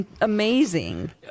amazing